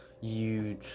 Huge